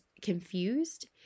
confused